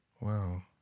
Wow